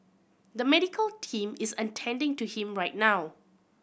the medical team is attending to him right now